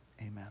Amen